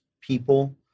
people